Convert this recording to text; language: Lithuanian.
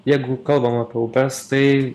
jeigu kalbam apie upes tai